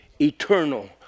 eternal